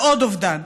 ועוד אובדן.